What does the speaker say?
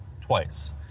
twice